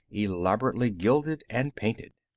elaborately gilded and painted.